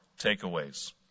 takeaways